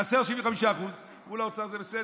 חסרים להם 75%. אמרו לו באוצר: זה בסדר,